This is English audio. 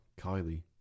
Kylie